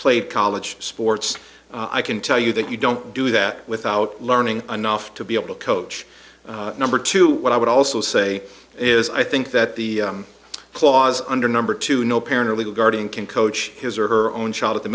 played college sports i can tell you that you don't do that without learning enough to be able to coach number two what i would also say is i think that the clause under number two no parent or legal guardian can coach his or her own child at the